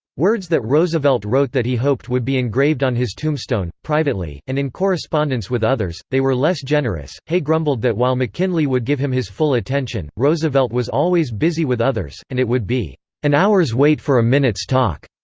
words that roosevelt wrote that he hoped would be engraved on his tombstone privately, and in correspondence with others, they were less generous hay grumbled that while mckinley would give him his full attention, roosevelt was always busy with others, and it would be an hour's wait for a minute's talk.